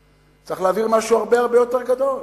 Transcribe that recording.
צריך להעביר משהו הרבה הרבה יותר גדול.